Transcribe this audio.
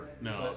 No